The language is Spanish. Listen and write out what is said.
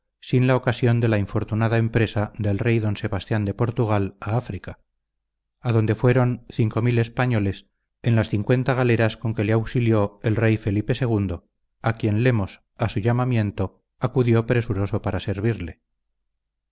sin la ocasión de la infortunada empresa del rey d sebastián de portugal a áfrica adonde fueron españoles en las galeras con que le auxilió el rey felipe ii a quien lemos a su llamamiento acudió presuroso para servirle